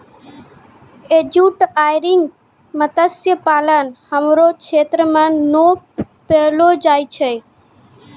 estuarine मत्स्य पालन हमरो क्षेत्र मे नै पैलो जाय छै